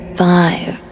five